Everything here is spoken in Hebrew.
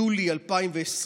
יולי 2020,